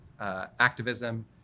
activism